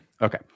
Okay